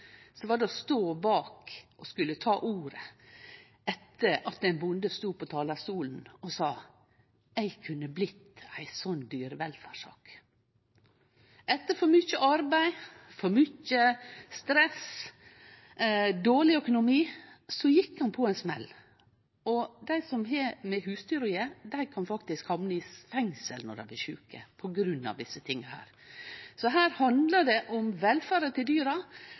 var å stå bak og skulle ta ordet etter at ein bonde stod på talarstolen og sa: Eg kunne blitt ei sånn dyrevelferdssak. Etter for mykje arbeid, for mykje stress og dårleg økonomi gjekk han på ein smell. Dei som har med husdyr å gjere, kan faktisk hamne i fengsel når dei blir sjuke, på grunn av desse tinga her, så her handlar det om velferda til dyra, og det handlar om velferda til dei som steller dyra.